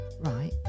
Right